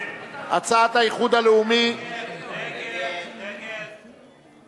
הצעת הסיכום שהביא חבר הכנסת אריה אלדד לא נתקבלה.